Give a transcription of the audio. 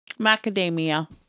Macadamia